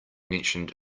mentioned